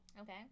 okay